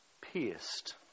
pierced